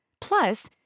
Plus